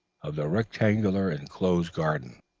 of the rectangular enclosed garden.